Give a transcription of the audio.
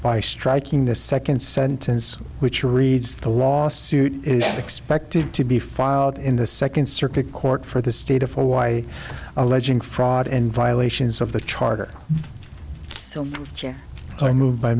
by striking the second sentence which reads the lawsuit is expected to be filed in the second circuit court for the state of hawaii alleging fraud and violations of the charter